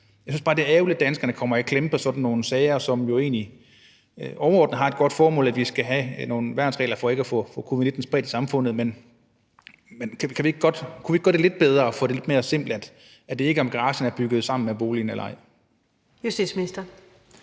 Jeg synes bare, det er ærgerligt, at danskerne kommer i klemme på sådan nogle sager, som jo egentlig overordnet set har et godt formål, altså at vi skal have nogle værnsregler for ikke at få covid-19 spredt i samfundet, men kunne vi ikke gøre det lidt bedre og få det gjort lidt mere simpelt, så det ikke handler om, om garagen er bygget sammen med boligen eller ej? Kl.